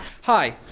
Hi